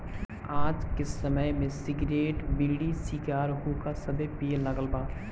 आज के समय में सिगरेट, बीड़ी, सिगार, हुक्का सभे पिए लागल बा